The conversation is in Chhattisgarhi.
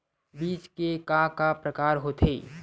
बीज के का का प्रकार होथे?